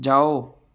ਜਾਓ